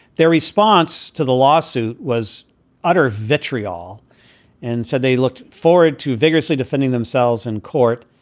their response to the lawsuit was utter vitriol and said they looked forward to vigorously defending themselves in court.